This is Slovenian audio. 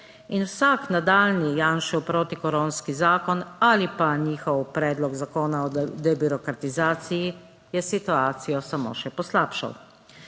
In vsak nadaljnji Janšev protikoronski zakon ali pa njihov Predlog zakona o debirokratizaciji je situacijo samo še poslabšal.